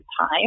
time